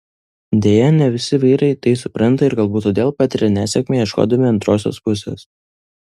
deja ne visi vyrai tai supranta ir galbūt todėl patiria nesėkmę ieškodami antrosios pusės